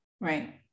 Right